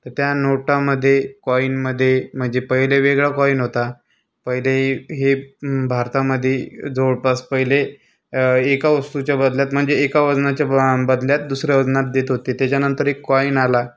त्या नोटांमधे कॉईनमध्ये म्हणजे पहिले वेगळा कॉईन होता पहिले हे हे भारतामध्ये जवळपास पहिले हे एका वस्तूच्या बदल्यात म्हणजे एका वजनाच्या ब बदल्यात दुसऱ्या वजनात देत होते त्याच्यानंतर एक कॉईन आला